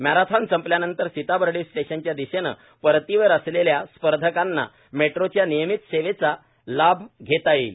marathon संपल्यावर सीताबर्डी स्टेशनच्या दिशेने परतीवर असलेल्या स्पर्धकांना मेट्रोच्या नियमित सेवेचा लाभ घेता येईल